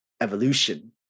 evolution